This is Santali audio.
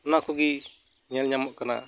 ᱚᱱᱟ ᱠᱚᱜᱤ ᱧᱮᱞ ᱧᱟᱢᱚᱜ ᱠᱟᱱᱟ